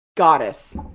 goddess